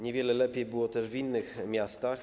Niewiele lepiej było w innych miastach.